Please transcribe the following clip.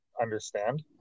understand